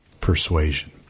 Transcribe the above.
persuasion